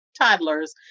toddlers